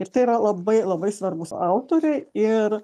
ir tai yra labai labai svarbūs autoriai ir